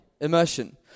Immersion